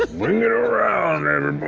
but bring it around,